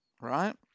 right